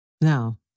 Now